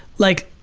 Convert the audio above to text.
like,